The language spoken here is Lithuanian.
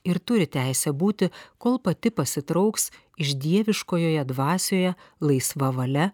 ir turi teisę būti kol pati pasitrauks iš dieviškojoje dvasioje laisva valia